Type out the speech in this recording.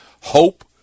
hope